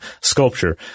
sculpture